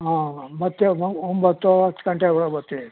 ಹಾಂ ಮತ್ತೆ ನಾವು ಒಂಬತ್ತು ಹತ್ತು ಗಂಟೆ ಒಳಗೆ ಬರ್ತೀವಿ